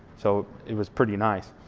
so it was pretty nice.